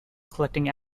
collecting